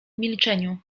milczeniu